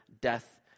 death